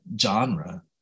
genre